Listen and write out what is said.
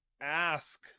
ask